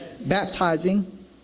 baptizing